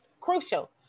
crucial